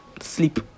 sleep